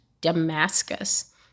Damascus